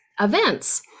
events